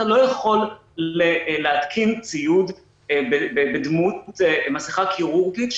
אתה לא יכול להתקין ציוד בדמות מסכה כירורגית,